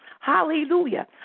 Hallelujah